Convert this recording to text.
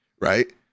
right